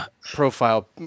profile